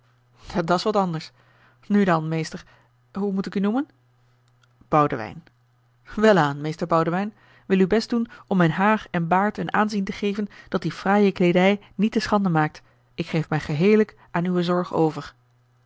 door dat's wat anders nu dan meester hoe moet ik u noemen boudewijn welaan meester boudewijn wil uw best doen om mijn haar en baard een aanzien te geven dat die fraaie kleedij niet te schande maakt ik geef mij geheellijk aan uwe zorg over